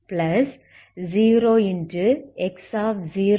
1